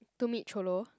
to meet Cholo